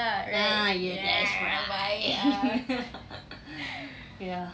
ah yes that's right ya